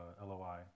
LOI